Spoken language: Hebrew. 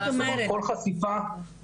אני